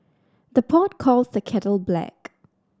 the pot calls the kettle black